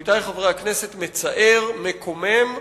עמיתי חברי הכנסת, מצער, מקומם ופוליטי.